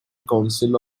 council